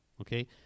okay